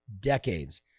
decades